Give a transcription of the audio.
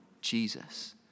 Jesus